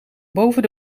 boven